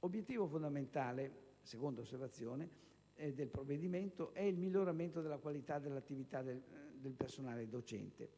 Obiettivo fondamentale del provvedimento è il miglioramento della qualità dell'attività del personale docente.